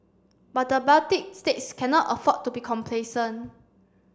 but the Baltic states cannot afford to be complacent